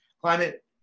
climate